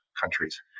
countries